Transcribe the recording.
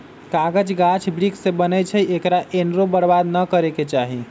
कागज गाछ वृक्ष से बनै छइ एकरा अनेरो बर्बाद नऽ करे के चाहि